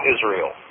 Israel